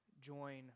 join